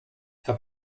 herr